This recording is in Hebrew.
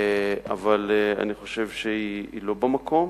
אבל אני חושב שהיא לא במקום.